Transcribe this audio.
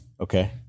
Okay